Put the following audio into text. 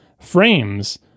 frames